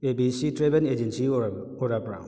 A B C travel agency ꯑꯣꯏꯔꯕ꯭ꯔꯥ